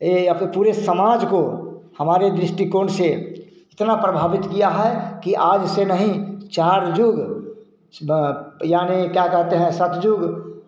यह या तो पूरे समाज को हमारे दृष्टिकोण से इतना प्रभावित किया है कि आज से नहीं चार युग यानी क्या कहते हैं सतयुग